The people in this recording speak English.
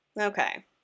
Okay